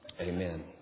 Amen